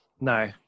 no